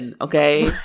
okay